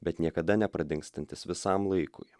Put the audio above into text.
bet niekada nepradingstantis visam laikui